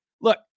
Look